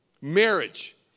Marriage